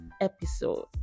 episode